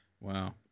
Wow